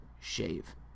shave